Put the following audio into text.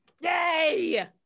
Yay